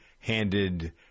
handed